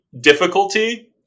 difficulty